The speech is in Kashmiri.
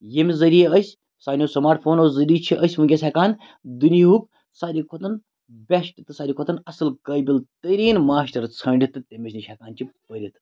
ییٚمہِ ذٔریعہِ أسۍ سانیو سماٹ فونو ذٔریعہِ چھِ أسۍ وٕنکیٚس ہیٚکان دُنیِہُک ساروی کھۄتن بیٚسٹ تہٕ ساروی کھۄتن اصل قٲبِل تٔریٖن ماشٹر ژھٲنٛڈِتھ تہٕ تٔمِس نِش ہیٚکان چھِ پٔرِتھ